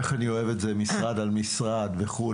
איך אני אוהב את זה, משרד על משרד וכולי.